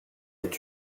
est